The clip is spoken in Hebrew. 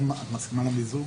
(בטלפון: את מסכימה למיזוג?